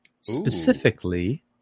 specifically